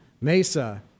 mesa